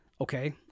Okay